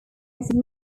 icy